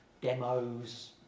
demos